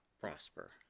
prosper